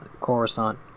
Coruscant